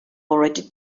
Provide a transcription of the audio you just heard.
already